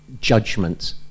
judgment